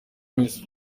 miss